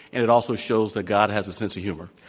and it also shows that god has a sense of humor.